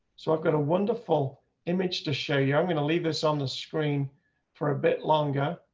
so i've got a wonderful image to show you. i'm going to leave this on the screen for a bit longer,